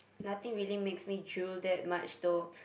nothing really makes me drool that much though